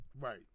Right